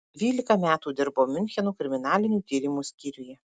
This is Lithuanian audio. dvylika metų dirbau miuncheno kriminalinių tyrimų skyriuje